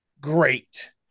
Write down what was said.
great